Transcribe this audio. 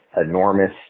enormous